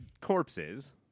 corpses